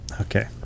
Okay